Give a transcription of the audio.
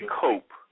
cope